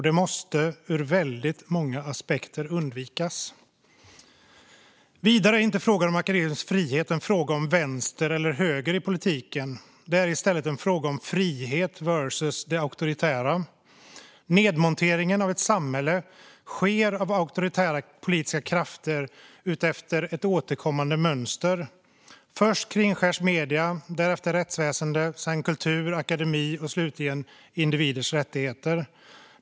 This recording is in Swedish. Det måste ur väldigt många aspekter undvikas. Vidare är inte frågan om akademisk frihet en fråga om vänster eller höger i politiken. Det är i stället en fråga om frihet versus det auktoritära. Nedmonteringen av ett samhälle sker av auktoritära politiska krafter utefter ett återkommande mönster. Först kringskärs medierna, därefter rättsväsendet, sedan kulturen och akademin och slutligen individernas rättigheter.